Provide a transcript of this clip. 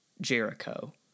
Jericho